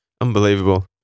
Unbelievable